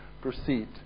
proceed